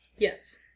Yes